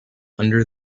under